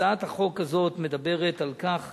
הצעת החוק הזאת מדברת על כך